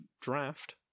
draft